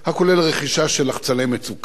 הכולל רכישה של לחצני מצוקה,